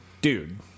dude